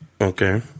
Okay